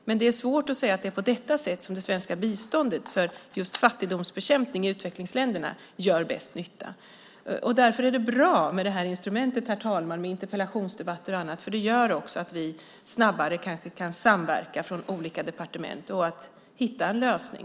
Men det är svårt att säga att det är på detta sätt som det svenska biståndet för just fattigdomsbekämpning i utvecklingsländerna gör bäst nytta. Därför är det bra med det här instrumentet, herr talman, med interpellationsdebatter och annat. Det gör att vi snabbare kanske kan samverka från olika departement för att hitta en lösning.